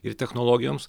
ir technologijoms